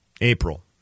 April